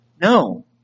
No